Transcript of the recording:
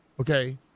okay